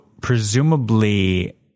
presumably